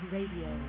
Radio